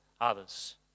others